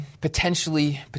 potentially